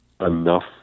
enough